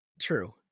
True